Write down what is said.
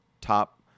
top